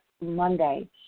Monday